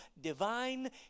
divine